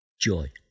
joy